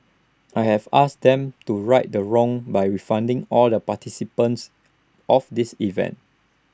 I have asked them to right the wrong by refunding all the participants of this event